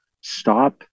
stop